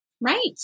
Right